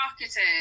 marketing